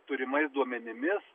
turimais duomenimis